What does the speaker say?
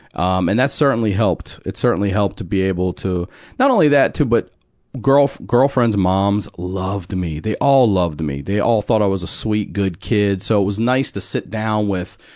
um, and that's certainly helped. it's certainly helped to be able to not only that, too, but girl-girlfriends' moms loved me. they all loved me. they all thought i was a sweet, good kid, so it was nice to sit down with,